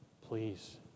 Please